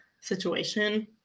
situation